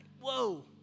whoa